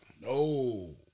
No